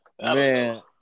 Man